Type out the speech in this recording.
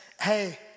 hey